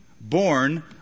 born